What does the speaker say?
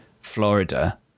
Florida